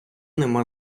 нема